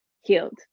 healed